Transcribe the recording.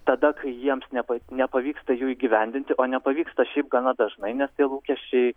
tada kai jiems nepa nepavyksta jų įgyvendinti o nepavyksta šiaip gana dažnai nes tie lūkesčiai